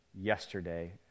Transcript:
yesterday